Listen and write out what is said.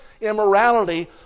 immorality